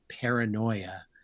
paranoia